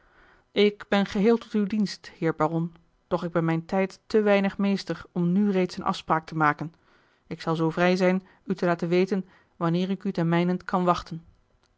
ik ben geheel tot uw dienst heer baron doch ik ben mijn tijd te weinig meester om nu reeds eene afspraak te maken ik zal zoo vrij zijn u te laten weten wanneer ik u ten mijnent kan wachten